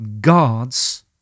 God's